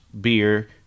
beer